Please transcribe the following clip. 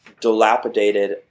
dilapidated